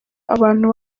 abantu